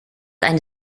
eine